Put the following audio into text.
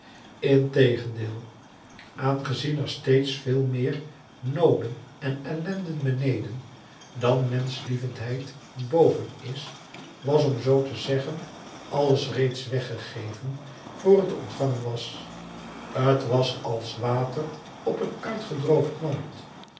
integendeel aangezien er steeds veel meer nooden en ellenden beneden dan menschlievendheid boven is was om zoo te zeggen alles reeds weggegeven vr t ontvangen was t was als water op een uitgedroogd land